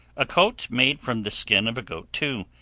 a coat made from the skin of a goat too,